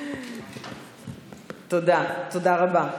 תודה רבה.